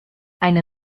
eine